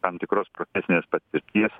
tam tikros profesinės patirties